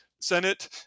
senate